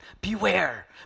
Beware